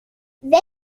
wenn